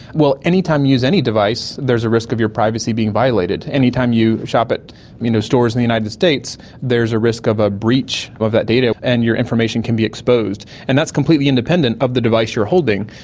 well, any time you use any device there is a risk of your privacy being violated. any time you shop at you know stores in the united states there is a risk of a breach of that data and your information can be exposed, and that's completely independent of the device you're holding.